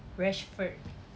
rashford